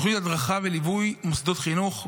תוכנית הדרכה וליווי מוסדות חינוך.